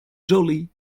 jolly